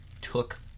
took